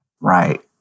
Right